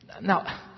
Now